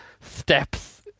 Steps